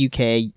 uk